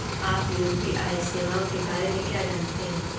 आप यू.पी.आई सेवाओं के बारे में क्या जानते हैं?